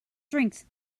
drinks